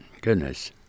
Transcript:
Goodness